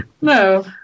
No